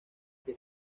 que